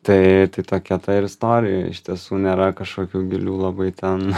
tai tai tokia ta ir istorija iš tiesų nėra kažkokių gilių labai ten